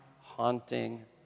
haunting